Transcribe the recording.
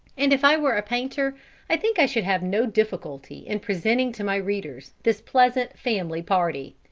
and if i were a painter i think i should have no difficulty in presenting to my readers this pleasant family party.